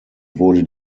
wurde